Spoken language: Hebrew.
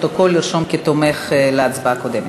אותו לפרוטוקול כתומך בהצבעה הקודמת.